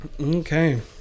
Okay